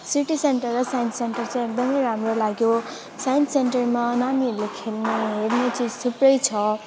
city centre र science centre चाहिँ एकदमै राम्रो लाग्यो साइन्स सेन्टरमा नानीहरूलाई खेल्ने हेर्ने चाहिँ चिज थुप्रै छ